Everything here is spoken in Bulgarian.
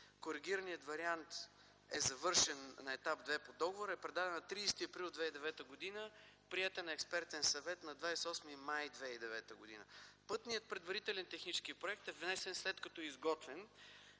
Коригираният вариант е завършен на етап 2 по договора и е предаден на 30 април 2009 г. Приет е на Експертен съвет на 28 май 2009 г. Пътният предварителен технически проект е внесен, след като е изготвен